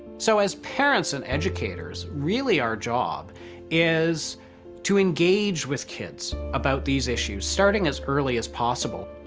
so as parents and educators, really our job is to engage with kids about these issues, starting as early as possible.